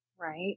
Right